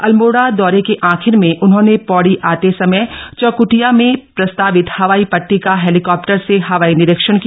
अल्मोड़ा दौरे के आखिर में उन्होंने पौड़ी आते समय चौख्टिया में प्रस्तावित हवाई पट्टी का हेलीकॉप्टर से हवाई निरीक्षण किया